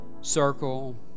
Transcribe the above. circle